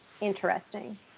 interesting